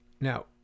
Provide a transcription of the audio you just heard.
Now